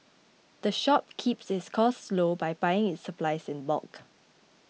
the shop keeps its costs low by buying its supplies in bulk